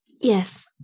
Yes